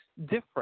different